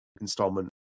installment